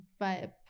vibe